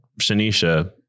Shanisha